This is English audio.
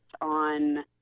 on